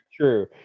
true